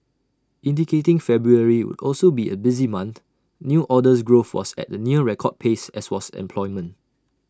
indicating February would also be A busy month new orders growth was at A near record pace as was employment